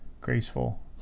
graceful